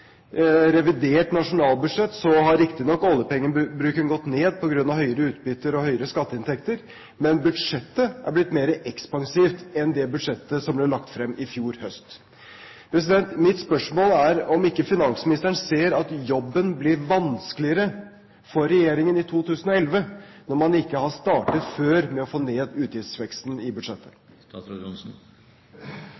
revidert nasjonalbudsjett har oljepengebruken riktignok gått ned på grunn av større utbytte og høyere skatteinntekter, men budsjettet er blitt mer ekspansivt enn det budsjettet som ble lagt frem i fjor høst. Mitt spørsmål er om ikke finansministeren ser at jobben blir vanskeligere for regjeringen i 2011, når man ikke har startet tidligere med å få ned utgiftsveksten i budsjettet?